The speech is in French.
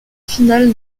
final